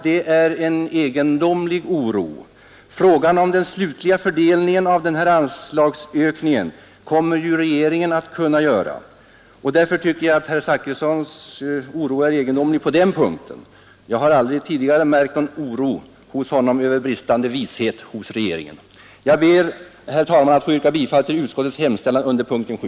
Den slutliga fördelningen av denna anslagsökning kommer ju regeringen att kunna göra. Därför finner jag herr Zachrissons oro egendomlig på den punkten; jag har aldrig tidigare märkt att han varit orolig över bristande vishet hos regeringen. Jag ber, herr talman, att få yrka bifall till utskottets hemställan under punkten 7.